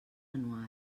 anuals